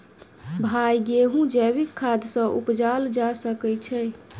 भाई गेंहूँ जैविक खाद सँ उपजाल जा सकै छैय?